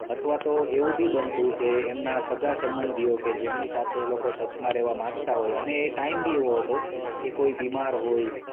અથવા તો એવું બી બનતું કે એમના સગા સંબંધીઓ કે જેમની સાથે એ લોકો ટચમાં રહેવા માગતા હોય અને એ ટાઈમ બી એવો હતો કે કોઈ બીમાર હોય